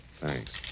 Thanks